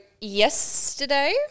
yesterday